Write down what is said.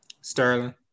Sterling